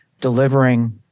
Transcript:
delivering